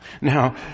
Now